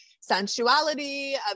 sensuality